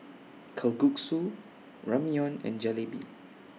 Kalguksu Ramyeon and Jalebi